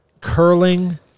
curling